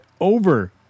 over